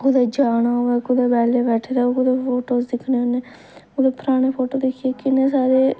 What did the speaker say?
कुदै जाना होऐ कुदै बेह्ले बैठे दे होवो कुदै फोटज दिक्खने होन्ने ओह्दे पराने फोटो दिक्खयै किन्ने सारे